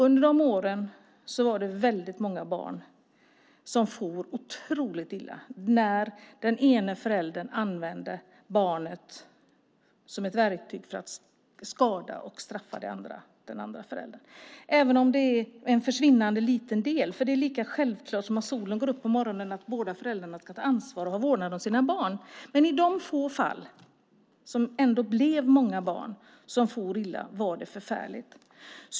Under de åren var det väldigt många barn som for otroligt illa när den ene föräldern använde barnet som ett verktyg för att skada och straffa den andra föräldern, även om det är en försvinnande liten del. Det är lika självklart som att solen går upp på morgonen att båda föräldrarna ska ta ansvar för och ha vårdnad om sina barn. I de få fall - det var ändå många barn - där barn for illa var det förfärligt.